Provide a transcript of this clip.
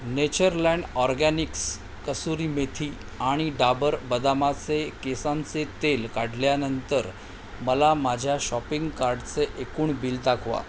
Natureland Organics कसुरी मेथी आणि डाबर बदामाचे केसांचे तेल काढल्यानंतर मला माझ्या शॉपिंग कार्टचे एकूण बिल दाखवा